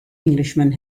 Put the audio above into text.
englishman